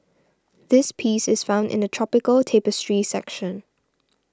this piece is found in the Tropical Tapestry section